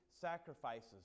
sacrifices